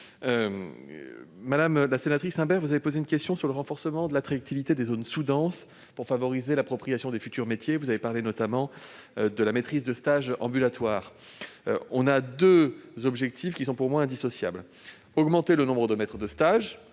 Madame la sénatrice Imbert, vous m'avez posé une question sur le renforcement de l'attractivité des zones sous-denses pour favoriser l'appropriation des futurs métiers. Vous avez notamment parlé de la maîtrise de stage ambulatoire. Nous visons deux objectifs, qui sont pour moi indissociables : l'augmentation du nombre de maîtres de stage